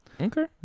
Okay